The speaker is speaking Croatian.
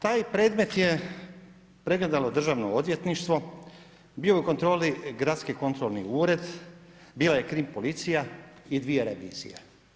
Taj predmet je pregledalo državno odvjetništvo, bio je u kontroli gradski kontrolni ured, bila je krim policija i dvije revizije.